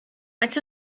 maent